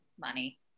money